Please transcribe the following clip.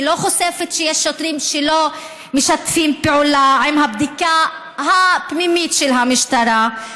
היא לא חושפת שיש שוטרים שלא משתפים פעולה עם הבדיקה הפנימית של המשטרה,